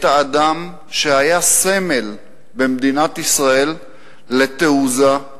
את האדם שהיה סמל במדינת ישראל לתעוזה,